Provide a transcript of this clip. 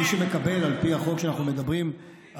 מי שמקבל את הסיוע על פי החוק שאנחנו מדברים עליו,